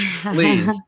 please